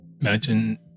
imagine